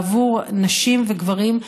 בעבור נשים וגברים,